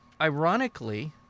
ironically